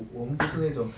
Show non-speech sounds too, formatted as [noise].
[coughs]